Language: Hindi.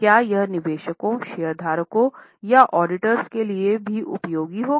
क्या यह निवेशकों शेयरधारकों या ऑडिटरों के लिए भी उपयोगी होगा